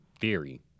theory